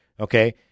Okay